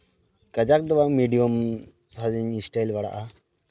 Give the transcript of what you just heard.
ᱠᱟᱡᱟᱠ ᱫᱚ ᱵᱟᱝ ᱢᱤᱰᱤᱭᱟᱢ ᱥᱟᱡᱽ ᱤᱧ ᱥᱴᱟᱭᱤᱞ ᱵᱟᱲᱟᱜᱼᱟ